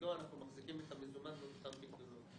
שכנגדו אנחנו מחזיקים את המזומן --- פיקדונות.